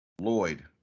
Lloyd